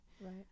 right